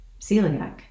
celiac